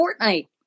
Fortnite